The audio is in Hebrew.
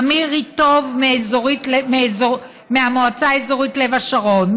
עמיר ריטוב מהמועצה האזורית לב השרון,